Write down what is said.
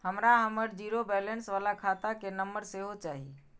हमरा हमर zero balance बाला खाता के नम्बर सेहो चाही